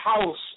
House